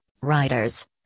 writers